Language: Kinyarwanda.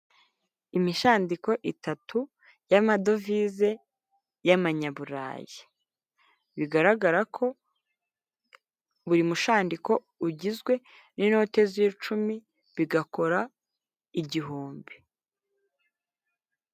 Imishandiko itatu y'amadovize y'amanyaburayi bigaragara ko buri mushandiko ugizwe n'inoti z'icumi bigakora igihumbi.